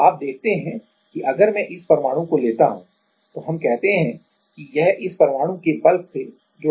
तो आप देखते हैं कि अगर मैं इस परमाणु को लेता हूं तो हम कहते हैं कि यह इस परमाणु से बल्क में जुड़ा हुआ है